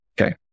Okay